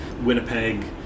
Winnipeg